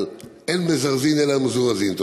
אבל אין מזרזין אלא למזורזין.